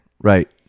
Right